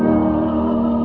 oh